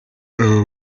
aba